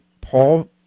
Paul